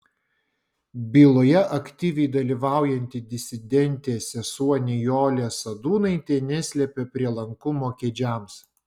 byloje aktyviai dalyvaujanti disidentė sesuo nijolė sadūnaitė neslepia prielankumo kedžiams